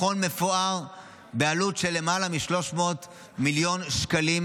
מכון מפואר בעלות של למעלה מ-300 מיליון שקלים,